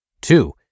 Two